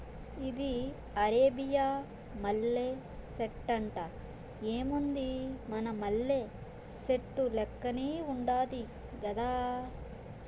ఇది అరేబియా మల్లె సెట్టంట, ఏముంది మన మల్లె సెట్టు లెక్కనే ఉండాది గదా